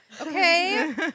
Okay